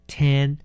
ten